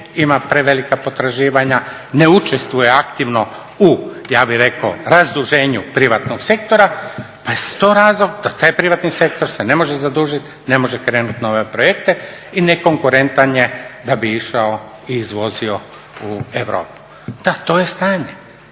ima prevelika potraživanja, ne učestvuje aktivno u ja bih rekao razduženju privatnog sektora pa je to razlog da taj privatni sektor se ne može zadužit, ne može krenut u nove projekte i nekonkurentan je da bi išao i izvozio u europu. Da, to je stanje,